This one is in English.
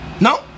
no